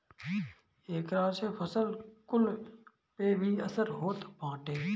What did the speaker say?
एकरा से फसल कुल पे भी असर होत बाटे